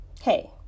Hey